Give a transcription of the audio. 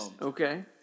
Okay